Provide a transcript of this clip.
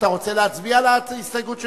אתה רוצה להצביע על ההסתייגות של